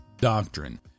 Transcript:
doctrine